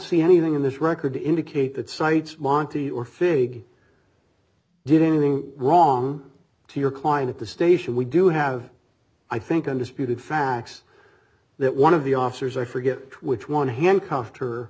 see anything in this record to indicate that site's monte or figure did anything wrong to your client at the station we do have i think undisputed facts that one of the officers i forget which one handcuffed her